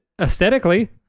aesthetically